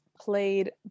played